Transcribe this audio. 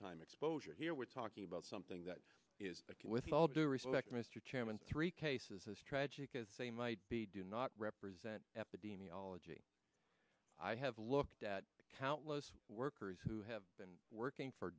time exposure here we're talking about something that is with all due respect mr chairman three cases as tragic as they might be do not represent epidemiology i have looked at countless workers who have been working for